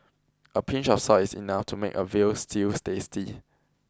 a pinch of salt is enough to make a veal stews tasty